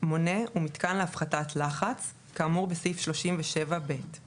מונה ומיתקן להפחתת לחץ כאמור בסעיף 37(ב);